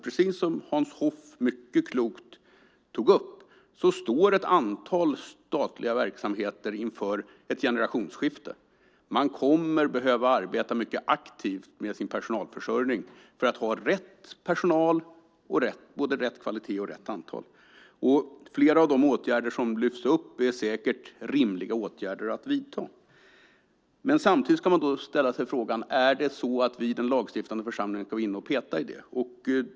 Precis som Hans Hoff så klokt sade står ett antal statliga verksamheter inför ett generationsskifte. Man kommer att behöva arbeta mycket aktivt med sin personalförsörjning för att ha rätt personal - både rätt kvalitet och rätt antal. Flera av de åtgärder som lyfts upp är säkert rimliga att vidta. Samtidigt ska man ställa frågan: Ska vi i den lagstiftande församlingen vara inne och peta i det?